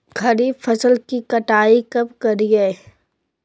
खरीफ फसल की कटाई कब करिये?